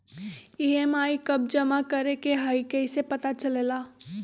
EMI कव जमा करेके हई कैसे पता चलेला?